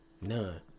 None